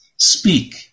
Speak